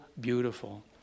beautiful